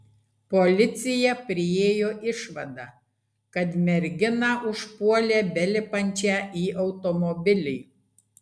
policija priėjo išvadą kad merginą užpuolė belipančią į automobilį